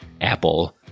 apple